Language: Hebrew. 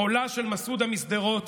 קולה של מסעודה משדרות